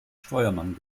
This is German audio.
steuermann